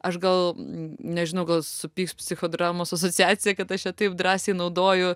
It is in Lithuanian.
aš gal nežinau gal supyks psichodramos asociacija kad aš čia taip drąsiai naudoju